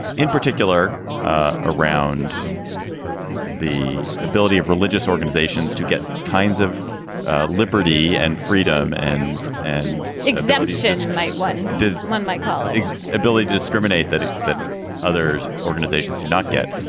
in particular ah around the ability of religious organizations to get kinds of liberty and freedom and and exemptions might one day, as one might call it, ability discriminate that that others organizations do not get.